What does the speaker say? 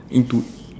into